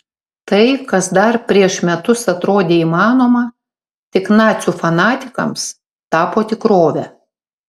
tai kas dar prieš metus atrodė įmanoma tik nacių fanatikams tapo tikrove